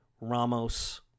Ramos